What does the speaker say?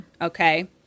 Okay